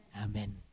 Amen